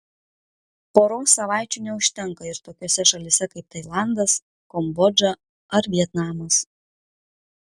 poros savaičių neužtenka ir tokiose šalyse kaip tailandas kambodža ar vietnamas